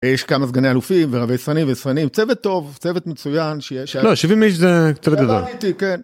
יש כמה סגני אלופים ורבי סרנים וסרנים צוות טוב צוות מצוין שיש. לא, 70 איש זה צוות גדול.